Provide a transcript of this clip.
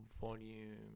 volume